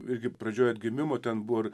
irgi pradžioj atgimimo ten buvo ir